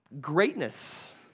greatness